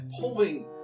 pulling